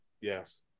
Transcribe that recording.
yes